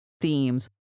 themes